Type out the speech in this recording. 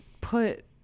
put